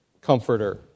comforter